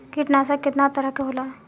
कीटनाशक केतना तरह के होला?